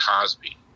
Cosby